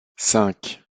cinq